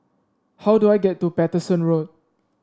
how do I get to Paterson Road